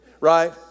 right